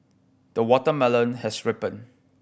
the watermelon has ripened